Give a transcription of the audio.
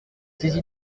saisi